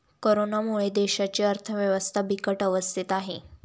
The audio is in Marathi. कोरोनामुळे देशाची अर्थव्यवस्था बिकट अवस्थेत आहे